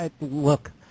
look